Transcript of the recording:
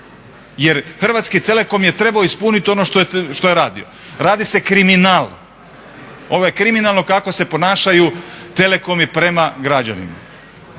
Jer Hrvatski telekom je trebao ispuniti ono što je radio. Radi se kriminal, ovo je kriminalno kako se ponašaju telekomi prema građanima.